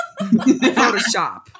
Photoshop